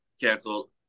canceled